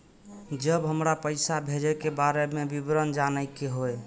जब हमरा पैसा भेजय के बारे में विवरण जानय के होय?